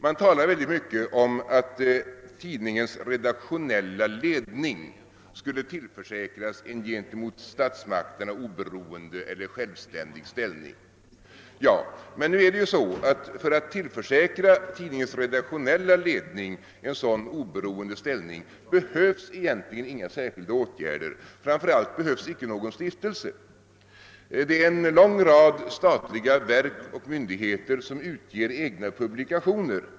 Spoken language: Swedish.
Det talas mycket om att tidningens redaktionella ledning skulle tillförsäkras en gentemot statsmakterna oberoende eller självständig ställning. För att tillförsäkra tidningens redaktionella ledning en sådan oberoende ställning behövs dock egentligen inga särskilda åtgärder, framför allt behövs ingen stiftelse. Det finns en lång rad statliga verk och myndigheter som utger egna publikationer.